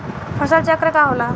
फसल चक्र का होला?